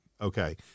okay